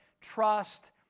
trust